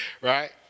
Right